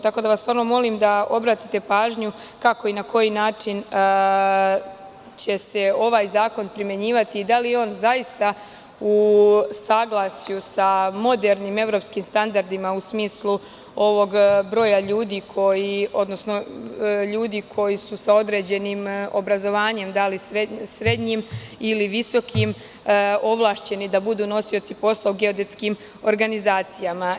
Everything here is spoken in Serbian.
Tako da vas molim da obratite pažnju kako i na koji način će se ovaj zakon primenjivati i da li on zaista u saglasju sa modernim evropskim standardima u smislu ovog broja ljudi koji, odnosno ljudi koji su sa određenim obrazovanjem, srednjim ili visokim, ovlašćeni da budu nosioci posla u geodetskim organizacijama.